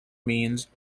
means